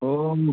ꯑꯣ